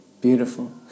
Beautiful